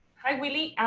hi, willy.